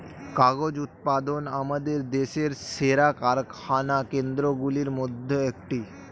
কাগজ উৎপাদন আমাদের দেশের সেরা কারখানা কেন্দ্রগুলির মধ্যে একটি